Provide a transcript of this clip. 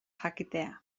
jakitea